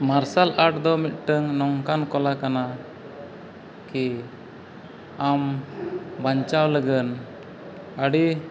ᱢᱟᱨᱥᱟᱞ ᱟᱴ ᱫᱚ ᱢᱤᱫᱴᱟᱝ ᱱᱚᱝᱠᱟᱱ ᱠᱚᱞᱟ ᱠᱟᱱᱟ ᱠᱤ ᱟᱢ ᱵᱟᱧᱪᱟᱣ ᱞᱟᱹᱜᱤᱫ ᱟᱹᱰᱤ